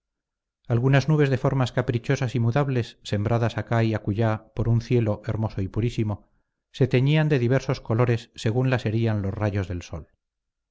algunas nubes de formas caprichosas y mudables sembradas acá y acullá por un cielo hermoso y purísimo se teñían de diversos colores según las herían los rayos del sol